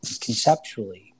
conceptually